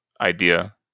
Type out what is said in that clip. idea